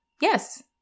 Yes